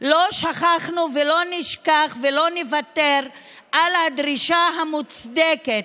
לא שכחנו ולא נשכח ולא נוותר על הדרישה המוצדקת,